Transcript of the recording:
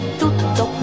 tutto